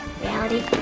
reality